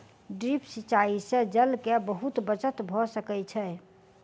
drip सिचाई से जल के बहुत बचत भ सकै छै